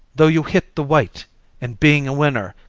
though you hit the white and being a winner,